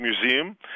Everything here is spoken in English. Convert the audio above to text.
Museum